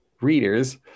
readers